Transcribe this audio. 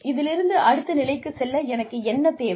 இதிலிருந்து அடுத்த நிலைக்கு செல்ல எனக்கு என்ன தேவை